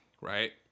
right